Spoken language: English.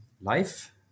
life